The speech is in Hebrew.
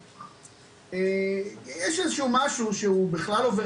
יש איזה שהוא משהו שהוא בכלל עובר